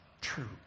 true